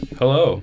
hello